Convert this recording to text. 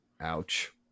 Ouch